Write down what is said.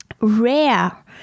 Rare